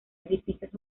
edificios